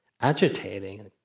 agitating